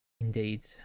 Indeed